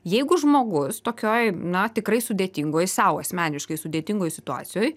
jeigu žmogus tokioj na tikrai sudėtingoj sau asmeniškai sudėtingoj situacijoj